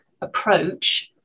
approach